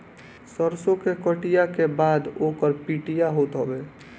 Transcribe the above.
सरसो के कटिया के बाद ओकर पिटिया होत हवे